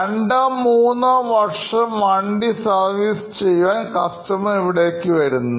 രണ്ടോ മൂന്നോ വർഷം വണ്ടി സർവീസ് ചെയ്യുവാൻ കസ്റ്റമർഇവിടേയ്ക്ക് വരുന്നു